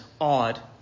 odd